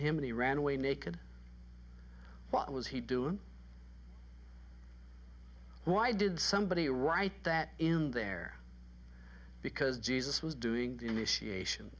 him and he ran away naked what was he doing why did somebody write that in there because jesus was doing initiation